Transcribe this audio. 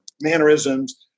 mannerisms